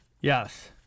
Yes